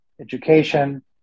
education